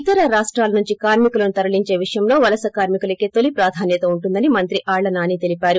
ఇతర రాష్టాల నుంచి కార్మికులను తరలించే విషయంలో వలస కార్మికులకే తొలి ప్రాధాన్యత టుందని మెంత్రి ఆళ్ళ నాని తెలిపారు